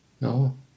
No